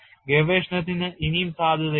ഗവേഷണത്തിന് സാധ്യതയുണ്ട്